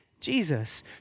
Jesus